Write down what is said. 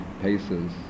paces